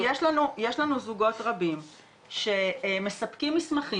אז אני אומרת, יש לנו זוגות רבים שמספקים מסמכים,